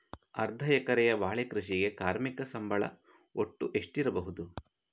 ಅರ್ಧ ಎಕರೆಯ ಬಾಳೆ ಕೃಷಿಗೆ ಕಾರ್ಮಿಕ ಸಂಬಳ ಒಟ್ಟು ಎಷ್ಟಿರಬಹುದು?